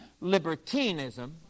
libertinism